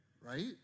right